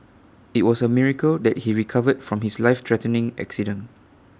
IT was A miracle that he recovered from his life threatening accident